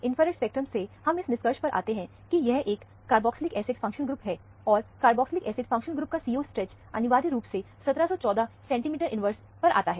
infrared spectrum से हम इस निष्कर्ष पर आते हैं कि यह एक कारबॉक्सलिक एसिड फंक्शनल ग्रुप है और कारबॉक्सलिक एसिड फंक्शनल ग्रुप का CO स्ट्रेच अनिवार्य रूप से 1714 इन्वर्स सैंटीमीटर पर आता है